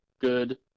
good